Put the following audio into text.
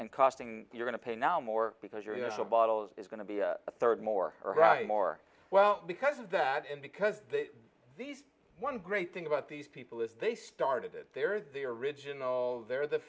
and costing you're gonna pay now more because you're the bottles is going to be a third more more well because of that and because these one great thing about these people is they started that they're the original they're the